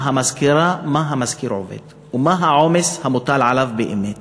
המזכיר עובד ומה העומס המוטל עליו באמת,